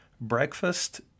breakfast